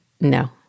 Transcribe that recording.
No